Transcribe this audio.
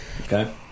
Okay